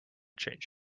change